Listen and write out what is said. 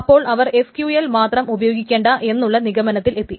അപ്പോൾ അവർ ടQL മാത്രം ഉപയോഗിക്കണ്ട എന്നുള്ള നിഗമനത്തിൽ എത്തി